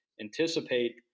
anticipate